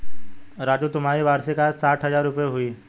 राजू तुम्हारी वार्षिक आय साठ हज़ार रूपय हुई